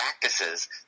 practices